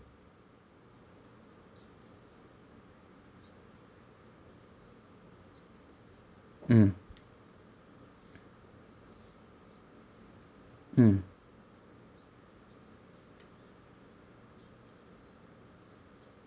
mm mm